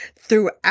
throughout